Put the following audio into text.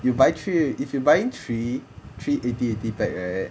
you buy three if you buying three three eighty eighty back eh